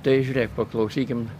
tai žiūrėk paklausykim